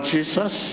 Jesus